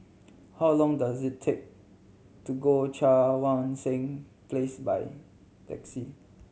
how long does it take to go Cheang Wan Seng Place by taxi